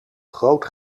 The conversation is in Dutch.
groot